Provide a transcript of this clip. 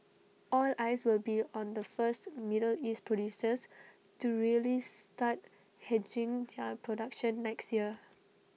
all eyes will be on the first middle east producers to really start hedging their production next year